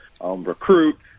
recruit